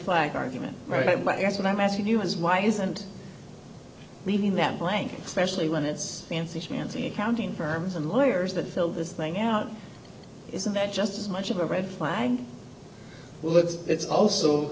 flag argument right but i guess what i'm asking you is why isn't leaving that blank specially when it's fancy fancy accounting firms and lawyers that fill this thing out isn't that just as much of a red flag lives it's also